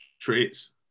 traits